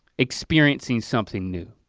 experiencing something new.